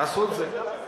תעשו את זה.